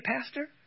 pastor